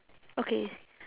okay